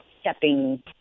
stepping